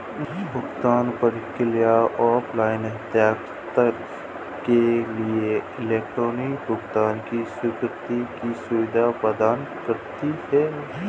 भुगतान प्रणाली ऑफ़लाइन हस्तांतरण के लिए इलेक्ट्रॉनिक भुगतान की स्वीकृति की सुविधा प्रदान करती है